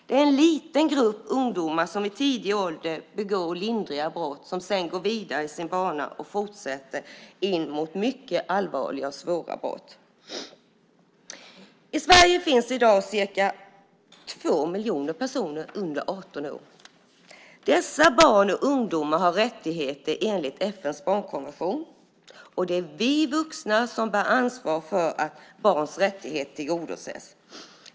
Det är en liten grupp ungdomar som i tidig ålder begår lindriga brott och sedan går vidare i sin bana och fortsätter till mycket allvarliga och svåra brott. I Sverige finns i dag cirka två miljoner personer under arton år. Dessa barn och ungdomar har rättigheter enligt FN:s barnkonvention. Det är vi vuxna som bär ansvar för att barns rättigheter tillgodoses.